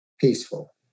peaceful